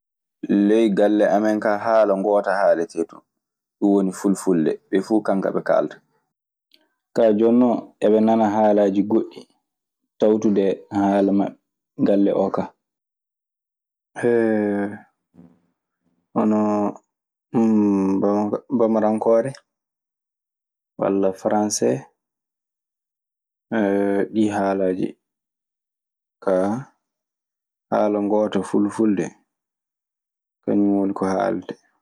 Ley galle amen ka yalla goota yalete tome, dum woni fulfulde be fu kamka be kalata. Kaa jooni non, eɓe nana haalaaji goɗɗi tawtude haala maɓɓe galle oo kaa. hono Bamanankoore, walla Farayse, ɗi haalaaji. Haala ngoota Fulfulde, kañum woni ko haalate.